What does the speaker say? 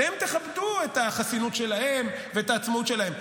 אתם תכבדו את החסינות שלהם ואת העצמאות שלהם,